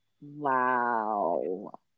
Wow